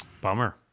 Bummer